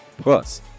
Plus